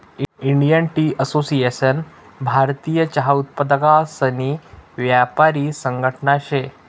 Indian tea association भारतीय चहा उत्पादकसनी यापारी संघटना शे